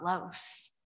close